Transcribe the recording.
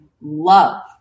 love